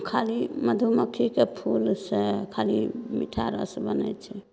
खाली मधुमक्खीके फूल से खाली मीठा रस बनैत छै